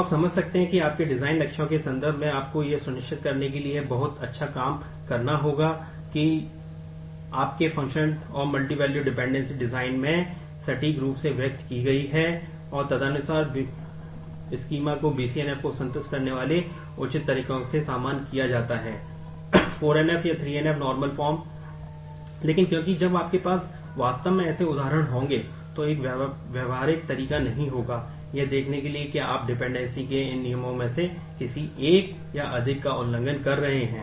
तो आप समझ सकते हैं कि आपके डिजाइन के इन नियमों में से किसी एक या अधिक का उल्लंघन कर रहे हैं